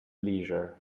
leisure